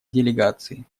делегации